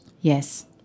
Yes